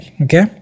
Okay